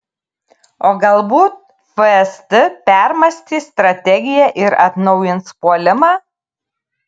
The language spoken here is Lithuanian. o galbūt fst permąstys strategiją ir atnaujins puolimą